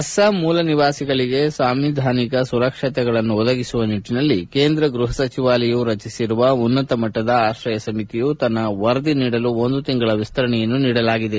ಅಸ್ಪಾಂ ಮೂಲ ನಿವಾಸಿಗಳಿಗೆ ಸಾಂವಿಧಾನಿಕ ಸುರಕ್ಷತೆಗಳನ್ನು ಒದಗಿಸುವ ನಿಟ್ಟಿನಲ್ಲಿ ಕೇಂದ್ರ ಗೃಹ ಸಚಿವಾಲಯವು ರಚಿಸಿರುವ ಉನ್ನತ ಮಟ್ವದ ಆಶ್ರಯ ಸಮಿತಿಯು ತನ್ನ ವರದಿ ನೀಡಲು ಒಂದು ತಿಂಗಳ ವಿಸ್ತರಣೆಯನ್ನು ನೀಡಲಾಗಿದೆ